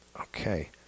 Okay